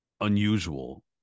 unusual